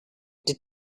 die